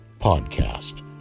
podcast